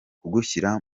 kugushyira